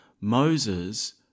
Moses